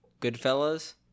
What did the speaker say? Goodfellas